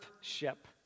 ship